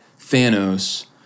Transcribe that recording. Thanos